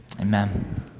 Amen